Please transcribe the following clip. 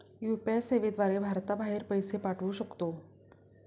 UPI सेवेद्वारे भारताबाहेर पैसे पाठवू शकतो